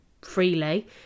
freely